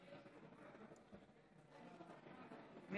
מצביע יוסף שיין,